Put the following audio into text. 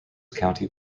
county